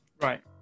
Right